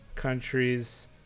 Countries